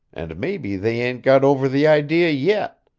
and maybe they ain't got over the idea yit.